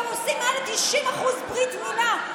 גם מעל 90% עושים ברית מילה,